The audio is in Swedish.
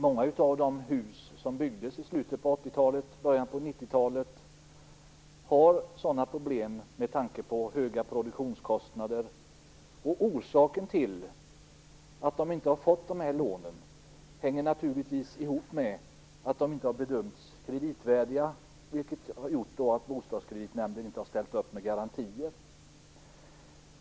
Många av de hus som byggdes i slutet av 80-talet och början av 90-talet har sådana problem med anledning av höga produktionskostnader. Orsaken till att de inte har fått lånen är naturligtvis att de inte har bedömts kreditvärdiga. Det har gjort att Bostadskreditnämnden inte har ställt upp med garantier.